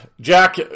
Jack